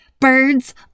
Birds